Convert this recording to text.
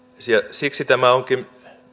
siksi tämä onkin